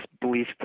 belief